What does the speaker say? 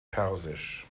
persisch